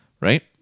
right